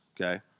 okay